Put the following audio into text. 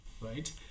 right